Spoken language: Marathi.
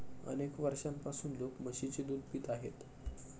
अनेक वर्षांपासून लोक म्हशीचे दूध पित आहेत